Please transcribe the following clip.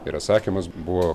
yra sakymas buvo